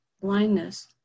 blindness